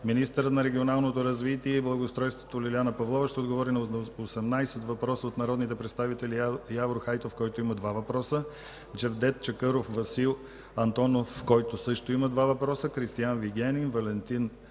Министърът на регионалното развитие и благоустройството Лиляна Павлова ще отговори на 18 въпроса от народните представители Явор Хайтов (два въпроса), Джевдет Чакъров, Васил Антонов (два въпроса), Кристиан Вигенин, Валентин